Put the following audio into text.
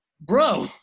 bro